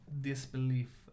disbelief